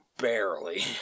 Barely